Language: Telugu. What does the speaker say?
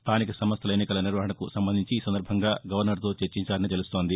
స్థానిక సంస్థల ఎన్నికల నిర్వహణకు సంబంధించి ఈ సందర్బంగా గవర్నర్తో చర్చించారని తెలుస్తోంది